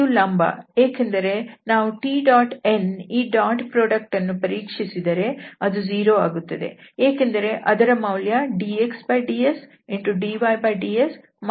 ಇದು ಲಂಬ ಏಕೆಂದರೆ ನಾವು Tn ಈ ಡಾಟ್ ಪ್ರಾಡಕ್ಟ್ ಅನ್ನು ಪರೀಕ್ಷಿಸಿದರೆ ಅದು 0 ಆಗುತ್ತಿದೆ ಏಕೆಂದರೆ ಅದರ ಮೌಲ್ಯ dxdsdyds dydsdxds